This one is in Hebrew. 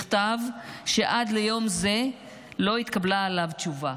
מכתב שעד ליום זה לא התקבלה עליו תשובה.